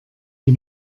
die